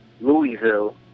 Louisville